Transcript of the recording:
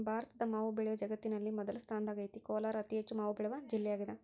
ಭಾರತದ ಮಾವು ಬೆಳೆಯು ಜಗತ್ತಿನಲ್ಲಿ ಮೊದಲ ಸ್ಥಾನದಾಗೈತೆ ಕೋಲಾರ ಅತಿಹೆಚ್ಚು ಮಾವು ಬೆಳೆವ ಜಿಲ್ಲೆಯಾಗದ